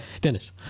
Dennis